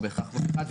או בהכרח גוף אחד.